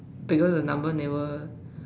because the number never